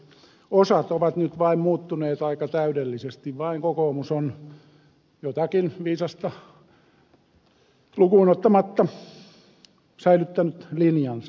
osat ovat nyt vain muuttuneet aika täydellisesti vain kokoomus on jotakin viisasta lukuun ottamatta säilyttänyt linjansa